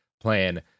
plan